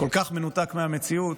כל כך מנותק מהמציאות.